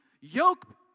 yoke